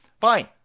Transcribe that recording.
Fine